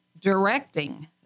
directing